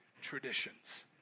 traditions